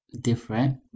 different